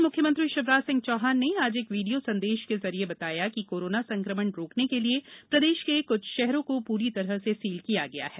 उधर मुख्यमंत्री शिवराज सिंह चौहान ने आज एक वीडियो संदेश के जरिए बताया कि कोरोना संकमण रोकने के लिए प्रदेश के कुछ शहरों को पूरी तरह से सील किया गया है